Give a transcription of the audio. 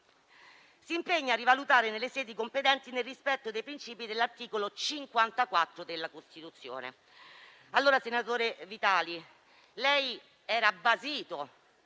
«Impegna a rivalutare nelle sedi competenti, nel rispetto dei principi dell'articolo 54 della Costituzione».